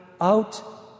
out